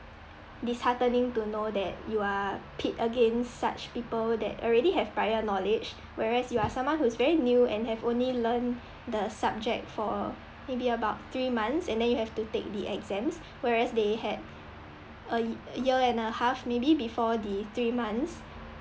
disheartening to know that you are pit against such people that already have prior knowledge whereas you are someone who is very new and who have only learnt the subject for maybe about three months and then you have to take the exams whereas they had a year and a half maybe before the three months